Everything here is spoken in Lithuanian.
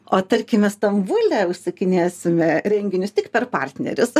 o tarkime stambule užsakinėsime renginius tik per partnerius